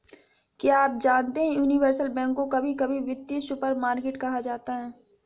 क्या आप जानते है यूनिवर्सल बैंक को कभी कभी वित्तीय सुपरमार्केट कहा जाता है?